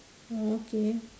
oh okay